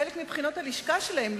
כחלק מבחינות הלשכה שלהם,